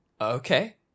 Okay